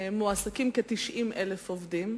מועסקים כ-90,000 עובדים,